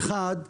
אחד,